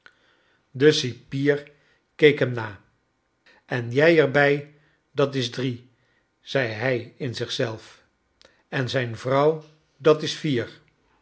de cipier keek hem na en jij er bij dat is drie zei hrj in zich zelf en zijn vrouw dat is vier